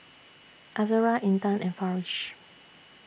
Azura Intan and Farish